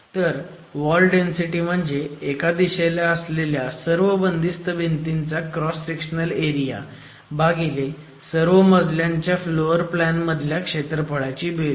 तर wall density म्हणजे एक दिशेला असलेल्या सर्व बंदिस्त भिंतींचा क्रॉस सेक्शनल एरिया भागीले सर्व मजल्यांच्या फ्लोअर प्लॅन मधल्या क्षेत्रफळाची बेरीज